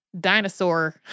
dinosaur